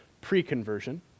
pre-conversion